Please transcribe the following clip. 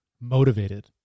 motivated